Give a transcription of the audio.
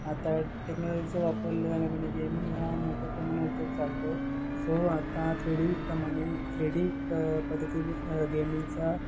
आता टेक्नॉलॉजीचा वापरला म्हणजे गेमिंग हा मोठ्या प्रमाणा उद्योग चालतो आहे सो आता थ्रेडीप्रमाणे थ्रीडी पद्धतीने गेमिंगचा